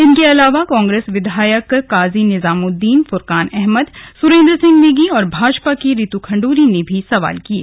इनके अलावा कांग्रेस विधायक काजी निजामुद्दीन फ्रकान अहमद सुरेंद्र सिंह नेगी और भाजपा की रितु खंड़ुड़ी ने भी सवाल किये